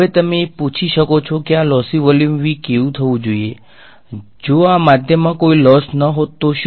હવે તમે પૂછી શકો છો કે આ લોસી વોલ્યુમ V કેમ કેમ થવું જોઈએ જો શું જો આ માધ્યમમાં કોઈ લોસ ન હોત તો શું